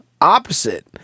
opposite